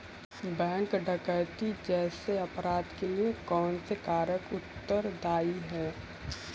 Bank डकैती जैसे अपराध के लिए कौन से कारक उत्तरदाई हैं?